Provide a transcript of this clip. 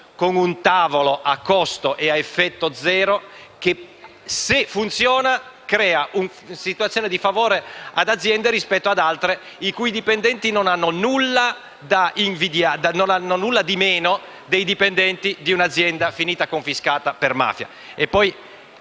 con un tavolo a costo e a effetto zero, che, se funziona, crea una situazione di favore ad alcune aziende rispetto ad altre, i cui dipendenti non hanno nulla di meno rispetto ai dipendenti di un'azienda confiscata per mafia.